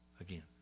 again